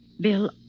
Bill